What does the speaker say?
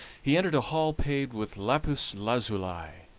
he entered a hall paved with lapis-lazuli,